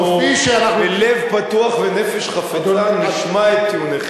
אנחנו בלב פתוח ובנפש חפצה נשמע את טיעוניכם.